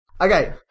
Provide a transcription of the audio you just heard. Okay